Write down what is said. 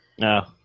No